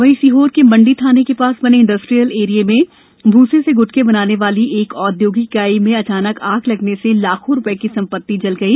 वहीं सीहोर के मंडी थाने के पास बने इंडस्ट्रीयल एरिया में भूसे से ग्टके बनाने वाली एक औद्योगिक इकाई में अचानक आग लगने से लाखों रुपये की संपति जल गई